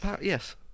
Yes